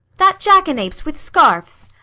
that jack-an-apes with scarfs.